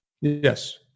Yes